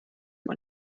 man